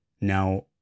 Now